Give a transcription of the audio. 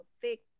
thick